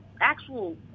actual